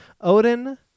Odin